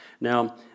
Now